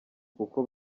kuko